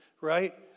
Right